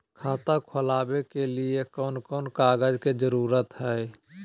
खाता खोलवे के लिए कौन कौन कागज के जरूरत है?